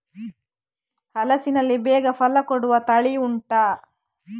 ಹಲಸಿನಲ್ಲಿ ಬೇಗ ಫಲ ಕೊಡುವ ತಳಿ ಉಂಟಾ